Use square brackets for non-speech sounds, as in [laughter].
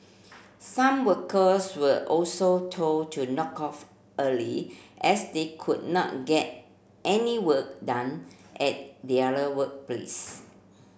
some workers were also told to knock off early as they could not get any work done at their [unintelligible] workplace